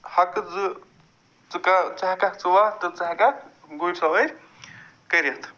حقہٕ زٕ ژٕ کہ ژٕ ہٮ۪ککھ ژٕ وَتھ تہٕ ژٕ ہٮ۪ککھ گُر سوٲرۍ کٔرِتھ